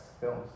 Films